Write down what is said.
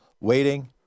waiting